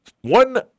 one